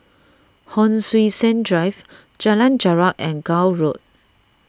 Hon Sui Sen Drive Jalan Jarak and Gul Road